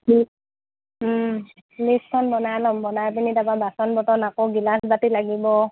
লিচখন বনাই ল'ম বনাই পিনি তাৰপা বাচন বৰ্তন আকৌ গিলাচ বাতি লাগিব